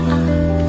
up